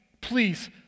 Please